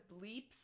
bleeps